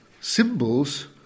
symbols